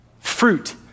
fruit